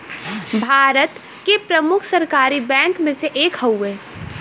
भारत के प्रमुख सरकारी बैंक मे से एक हउवे